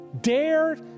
dare